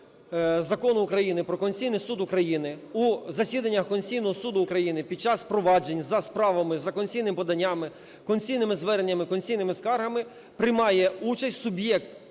Закону України "Про Конституційний Суд України" у засіданнях Конституційного Суду України під час проваджень за справами за конституційними поданнями, конституційними зверненнями, конституційними скаргами приймає участь суб'єкт,